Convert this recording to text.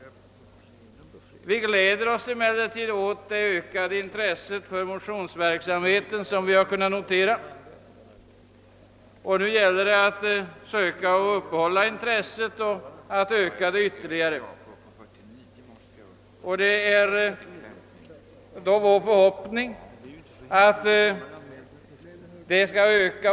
Vi gläder oss emellertid åt det ökade intresse för motionsverksamhet som vi har kunnat notera, och det gäller nu att uppehålla intresset och att öka det ytterligare. Det är vår förhoppning att det skall öka.